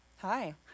Hi